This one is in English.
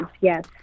yes